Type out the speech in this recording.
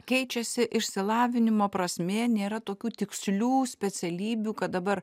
keičiasi išsilavinimo prasmė nėra tokių tikslių specialybių kad dabar